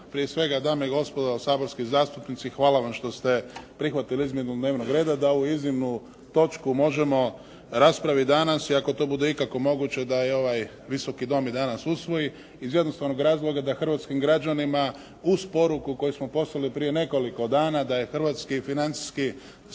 Prije svega dame i gospodo saborski zastupnici, hvala vam što ste prihvatili izmjenu dnevnog reda, da ovu iznimnu točku možemo raspraviti danas i ako to bude ikako moguće da je ovaj Visoki dom i danas usvoji iz jednostavnog razloga da hrvatskim građanima uz poruku koju smo poslali prije nekoliko dana da je hrvatski financijski sustav